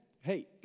hey